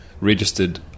registered